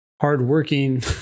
hardworking